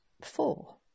four